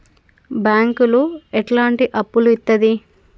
బ్యాంకులు ఎట్లాంటి అప్పులు ఇత్తది?